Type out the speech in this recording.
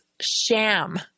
sham